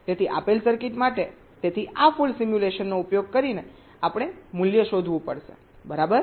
તેથી આપેલ સર્કિટ માટે તેથી આ ફોલ્ટ સિમ્યુલેશનનો ઉપયોગ કરીને આપણે મૂલ્ય શોધવું પડશે બરાબર